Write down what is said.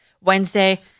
Wednesday